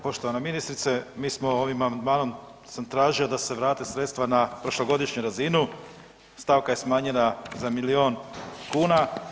Poštovana ministrice, ovim amandmanom sam tražio da se vrate sredstva na prošlogodišnju razinu, stavka je smanjena za milijun kuna.